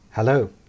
Hello